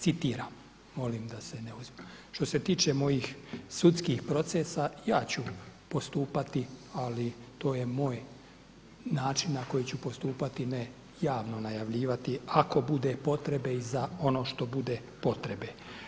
Citiram, molim da se ne … [[ne razumije se]] Što se tiče mojim sudskih procesa, ja ću postupati, ali to je moj način na koji ću postupati ne javno najavljivati ako bude potrebe i za ono što bude potrebe.